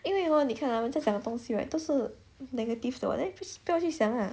因为 hor 你看 ah 人家讲的东西 right 都是 negative 的 [what] so 不要去想 lah